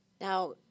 Now